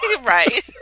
Right